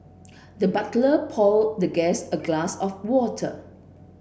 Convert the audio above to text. the butler poured the guest a glass of water